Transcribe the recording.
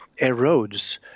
erodes